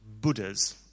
Buddhas